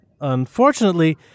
Unfortunately